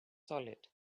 solid